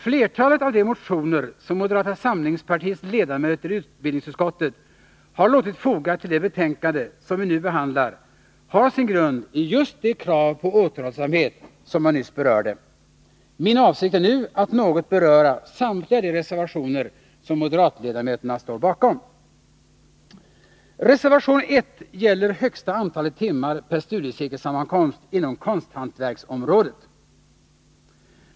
Flertalet av de motioner, som moderata samlingspartiets ledamöter i utbildningsutskottet har låtit foga till det betänkande som vi nu behandlar, har sin grund i just det krav på återhållsamhet som jag nyss berörde. Min avsikt är nu att något beröra samtliga de reservationer som moderatledamöterna står bakom. Reservation 1 gäller högsta antalet timmar per studiecirkelsammankomst inom konsthantverksområdet.